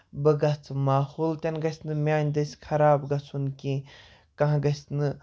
بہٕ گژھٕ ماحول تہِ نہٕ گژھِ نہٕ میٛانہِ دٔسۍ خراب گژھُن کینٛہہ کانٛہہ گَژھِ نہٕ